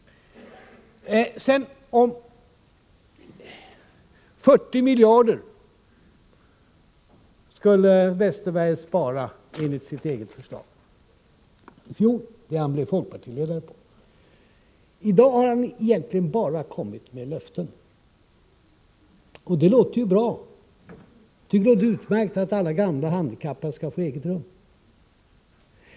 40 miljarder kronor skulle Westerberg spara enligt hans eget förslag i fjol — det han blev folkpartiledare på. I dag har han egentligen bara kommit med löften. Det låter bra, det låter utmärkt, att alla gamla och handikappade skall få eget rum.